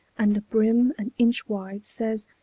and a brim an inch wide, says,